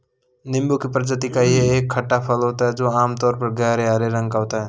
नींबू की प्रजाति का यह एक खट्टा फल होता है जो आमतौर पर गहरे हरे रंग का होता है